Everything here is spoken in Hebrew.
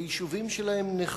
היישובים שלהם נחרבו.